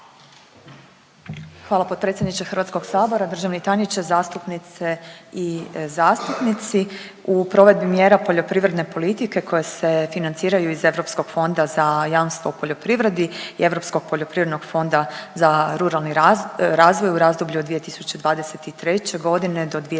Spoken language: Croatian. Hvala potpredsjedniče HS-a. Državni tajniče, zastupnice i zastupnici. U provedbi mjera poljoprivredne politike koje se financiraju iz Europskog fonda za jamstvo u poljoprivredi i Europskog poljoprivrednog fonda za ruralni razvoj u razdoblju od 2023.g.-2027.g.